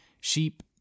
sheep